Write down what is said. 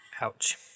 Ouch